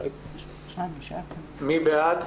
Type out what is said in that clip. מי בעד?